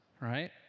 right